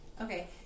Okay